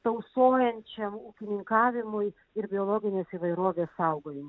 tausojančiam ūkininkavimui ir biologinės įvairovės saugojimui